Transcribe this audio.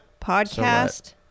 podcast